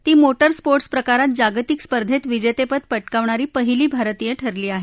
ती motor sports प्रकारात जागतिक स्पर्धेत विजेतेपद पटकावणारी पहिली भारतीय ठरली आहे